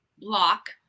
Block